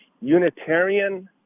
Unitarian